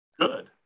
Good